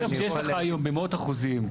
כשיש לך במאות אחוזים,